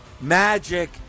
magic